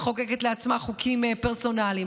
מחוקקת לעצמה חוקים פרסונליים,